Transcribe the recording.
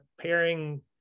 pairing